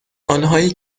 آنهایی